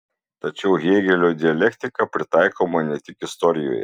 tačiau hėgelio dialektika pritaikoma ne tik istorijoje